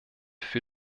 für